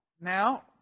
Now